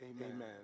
amen